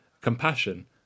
compassion